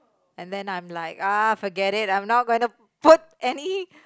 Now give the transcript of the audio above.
and then I'm like ah forget it I'm not going to put any